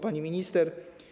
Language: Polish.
Pani Minister!